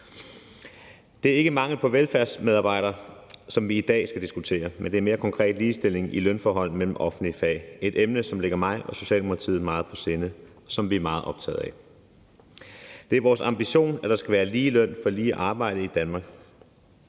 Det er ikke mangel på velfærdsmedarbejdere, som vi i dag skal diskutere, men det er mere konkret ligestilling i lønforhold mellem offentlige fag, et emne, som ligger mig og Socialdemokratiet meget på sinde, og som vi er meget optaget af. Det er vores ambition, at der skal være lige løn for lige arbejde i Danmark.